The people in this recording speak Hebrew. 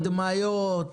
הדמיות,